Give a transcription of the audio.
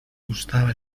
gustaba